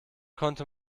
konnte